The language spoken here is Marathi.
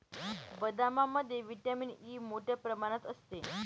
बदामामध्ये व्हिटॅमिन ई मोठ्ठ्या प्रमाणात असते